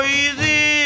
easy